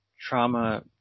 trauma